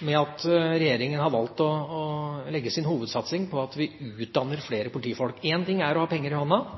med at regjeringa har valgt å legge sin hovedsatsing på at vi utdanner flere politifolk. Én ting er å ha penger i hånden,